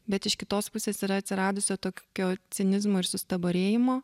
bet iš kitos pusės yra atsiradusio tokio cinizmo ir sustabarėjimo